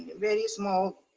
very small